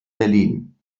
berlin